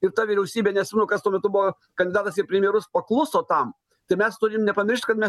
ir ta vyriausybė neatsimenu kas tuo metu buvo kandidatas į premjerus pakluso tam tai mes turim nepamiršt kad mes